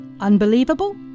Unbelievable